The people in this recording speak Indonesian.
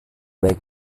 baik